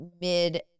mid